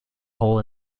hole